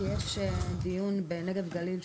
כי יש דיון בנגב גליל,